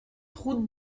route